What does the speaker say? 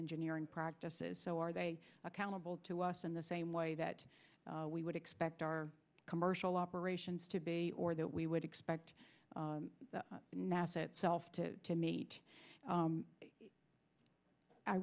engineering practices so are they accountable to us in the same way that we would expect our commercial operations to be or that we would expect nasa itself to meet